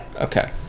okay